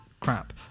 crap